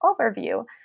overview